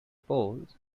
poles